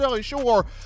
sure